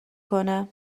کنه